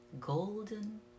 golden